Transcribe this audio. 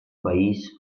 país